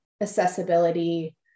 accessibility